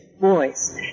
voice